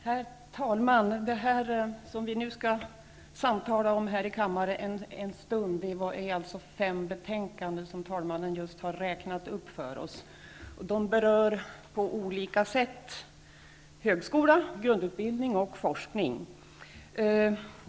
Herr talman! Det vi nu skall samtala om i kammaren en stund är fem betänkanden, som talmannen just har räknat upp för oss. De berör på olika sätt högskola, grundutbildning och forskning.